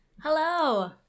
Hello